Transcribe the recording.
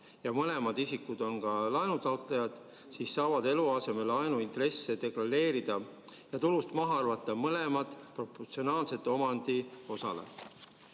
ja mõlemad isikud on ka laenutaotlejad, siis saavad eluasemelaenu intresse deklareerida ja tulust maha arvata mõlemad, proportsionaalselt omandi osale.